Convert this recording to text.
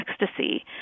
ecstasy